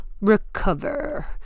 recover